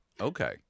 Okay